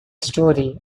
story